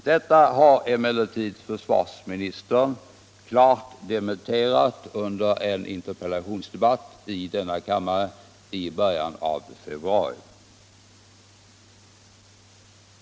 Detta har emellertid försvarsministern klart dementerat under en interpellationsdebatt i denna kammare i början av februari.